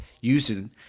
using